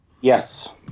Yes